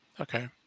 Okay